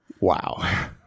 wow